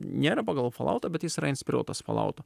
nėra pagal folautą bet jis yra inspiruotas folauto